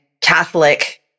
Catholic